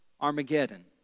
Armageddon